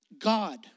God